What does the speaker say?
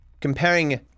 comparing